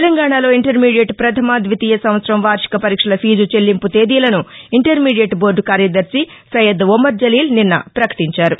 తెలంగాణలో ఇంటర్మీడియట్ ప్రధమ ద్వితీయ సంవత్సరం వార్టిక పరీక్షల ఫీజు చెల్లింపు తేదీలను ఇంటర్మీడియట్ బోర్డ కార్యదర్శి సయ్యద్ ఒమర్ జలీల్ నిన్న పకటించారు